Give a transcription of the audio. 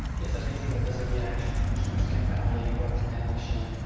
it's amazing that the zodiac keeps confounding both man and machine.